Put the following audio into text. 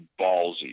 ballsy